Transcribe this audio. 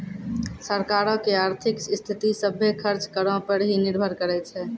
सरकारो के आर्थिक स्थिति, सभ्भे खर्च करो पे ही निर्भर करै छै